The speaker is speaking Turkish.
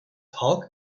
halk